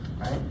Right